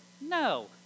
No